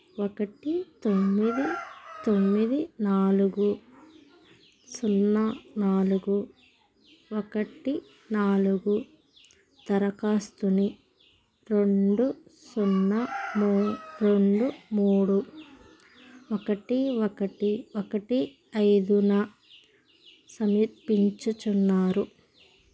ఒకటి తొమ్మిది తొమ్మిది నాలుగు సున్నా నాలుగు ఒకటి నాలుగు దరఖాస్తుని రెండు సున్నా మూ రెండు మూడు ఒకటి ఒకటి ఒకటి ఐదున సమిర్పించుచున్నారు